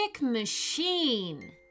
Machine